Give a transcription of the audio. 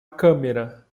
câmera